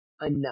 enough